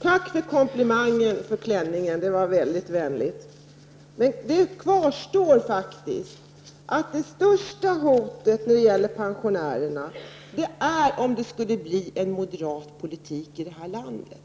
Tack för komplimangen för klänningen, Hugo Hegeland. Det var mycket vänligt sagt. Men fortfarande kvarstår det faktum att det största hotet när det gäller pensionärerna är om det skulle föras en moderat politik i det här landet.